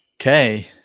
Okay